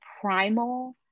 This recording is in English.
primal